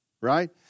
right